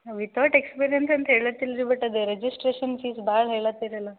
without experience ಅಂತ ಹೇಳತ್ತಿಲ್ರಿ but ಅದೆ ರೇಜಿಸ್ಟ್ರೇಷನ್ ಫೀಸ್ ಭಾಳ ಹೇಳೋ ಹತ್ತಿರ ಅಲ್ಲ